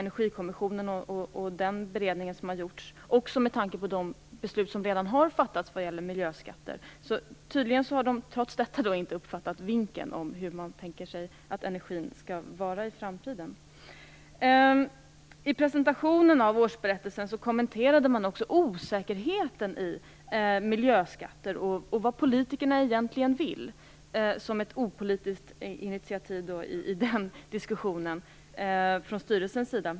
Energikommissionens beredning har skett, och det har redan fattats beslut om miljöskatter. Trots detta har Vattenfall inte fattat vinken om hur man tänker sig att energin skall vara i framtiden. I presentationen av årsberättelsen kommenterade man också osäkerheten i miljöskatter och vad politikerna egentligen vill, som ett opolitiskt initiativ i diskussionen från styrelsens sida.